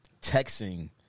texting